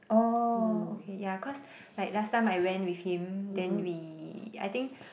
oh okay ya cause like last time I went with him then we I think